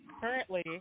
currently